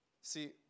See